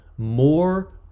more